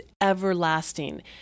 everlasting